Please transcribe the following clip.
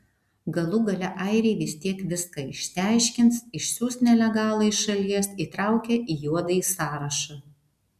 galų gale airiai vis tiek viską išsiaiškins išsiųs nelegalą iš šalies įtraukę į juodąjį sąrašą